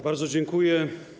Bardzo dziękuję.